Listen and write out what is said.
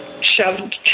shoved